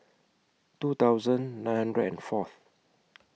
two thousand nine hundred and Fourth